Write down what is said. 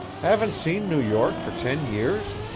haven't seen new york for ten years?